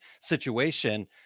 situation